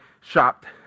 shopped